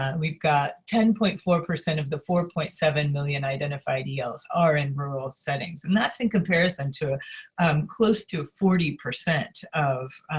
and we've got ten point four percent of the four point seven million identified els are in rural settings, and that's in comparison to um close to forty percent of